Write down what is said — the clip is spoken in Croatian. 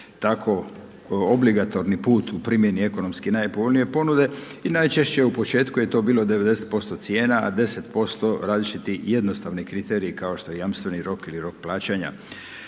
tako obligatorni put u primjeni ekonomski najpovoljnije ponude i najčešće u početku je to bilo 90% cijena, a 10% različiti jednostavni kriteriji, kao što je jamstveni rok ili rok plaćanja.